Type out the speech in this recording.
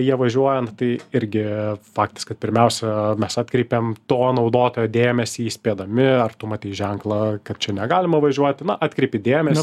jie važiuoja nu tai irgi faktas kad pirmiausia mes atkreipiam to naudotojo dėmesį įspėdami ar tu matei ženklą kad čia negalima važiuoti na atkreipi dėmesį